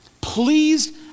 pleased